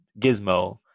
Gizmo